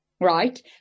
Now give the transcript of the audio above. Right